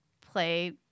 play